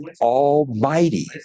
Almighty